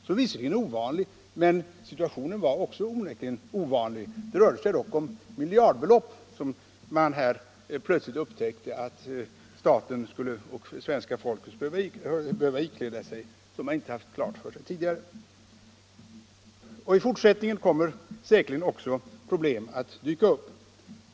Det är visserligen ett ovanligt förfarande, men situationen var onekligen också ovanlig. Det rörde sig dock om miljardbelopp — kostnader som man plötsligt upptäckte att staten och det svenska folket skulle behöva ikläda sig. Det var något som man inte haft klart för sig tidigare. I fortsättningen kommer säkerligen också problem att dyka upp.